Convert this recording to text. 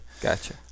Gotcha